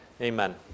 Amen